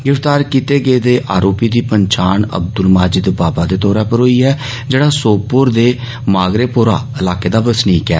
गिरफ्तार कीते गेदे अरोपी दी पंछान अब्दुल माजिद बाबा दे तौर उप्पर होई ऐ जेह्ड़ा सोपर दे मागरेपोरा इलाके दा बसनीक ऐ